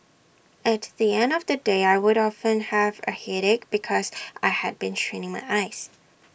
at the end of the day I would often have A headache because I had been straining my eyes